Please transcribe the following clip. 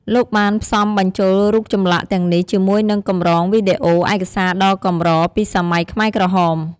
លោកបានផ្សំបញ្ចូលរូបចម្លាក់ទាំងនេះជាមួយនឹង កម្រងវីដេអូ ឯកសារដ៏កម្រពីសម័យខ្មែរក្រហម។